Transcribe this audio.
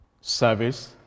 service